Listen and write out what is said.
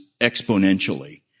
exponentially